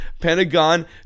Pentagon